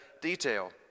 Detail